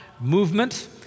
movement